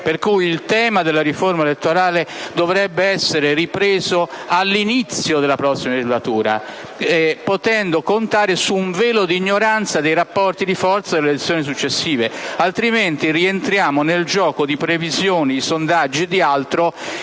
Pertanto, il tema della riforma elettorale dovrebbe essere ripreso all'inizio della prossima legislatura, potendo contare su un velo di ignoranza dei rapporti di forza nelle elezioni successive. Altrimenti rientriamo nel gioco di previsioni, sondaggi e altro,